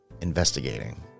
investigating